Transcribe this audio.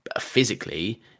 physically